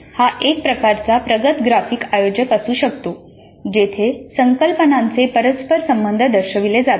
हा एक प्रकारचा प्रगत ग्राफिक आयोजक असू शकतो जेथे संकल्पनांचे परस्परसंबंध सर्व दर्शविले असतात